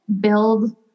build